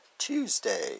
Tuesday